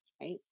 right